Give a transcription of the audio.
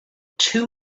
two